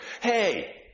hey